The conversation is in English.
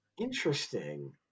Interesting